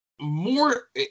more